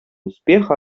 успеха